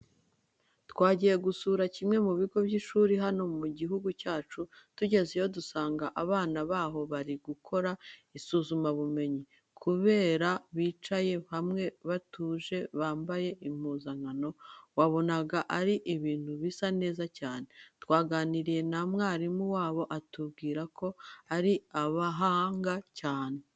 Twagiye gusura kimwe mu bigo by'ishuri hano mu gihugu cyacu, tugezeyo dusanga abana baho bari gukora isuzumabumenyi. Kubareba bicaye hamwe, batuje, bambaye impuzankano wabonaga ari ibintu bisa neza cyane. Twaganiriye na mwarimu wabo atubwira ko ari n'abahanga cyane.